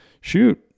shoot